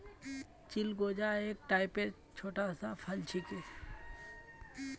चिलगोजा एक टाइपेर छोटा सा फल छिके